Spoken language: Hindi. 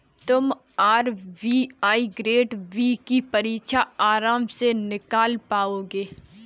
तुम आर.बी.आई ग्रेड बी की परीक्षा आराम से निकाल पाओगे